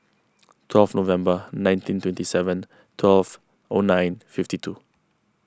twelve November nineteen twenty seven twelve O nine fifty two